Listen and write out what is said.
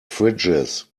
fridges